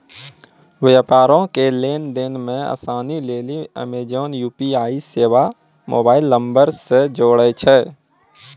व्यापारो के लेन देन मे असानी लेली अमेजन यू.पी.आई सेबा मोबाइल नंबरो से जोड़ै छै